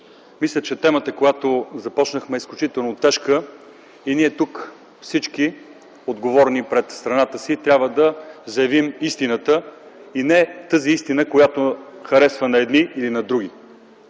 Мисля, че темата, която започнахме, е изключително тежка и ние тук, всички отговорни пред страната си, трябва да заявим истината – не тази истина, която харесва на едни или на други.